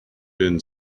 been